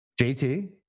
JT